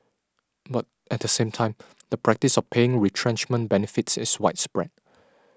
but at the same time the practice of paying retrenchment benefits is widespread